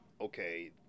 okay